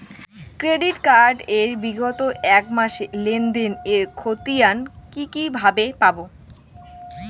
Credit card এর বিগত এক মাসের লেনদেন এর ক্ষতিয়ান কি কিভাবে পাব?